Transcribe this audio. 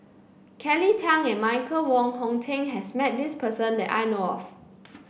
Kelly Tang and Michael Wong Hong Teng has met this person that I know of